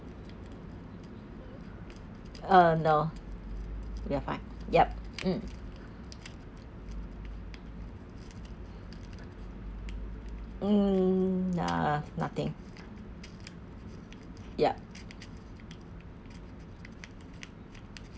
uh no we are fine yup mm mm nah nothing yup